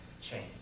change